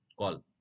call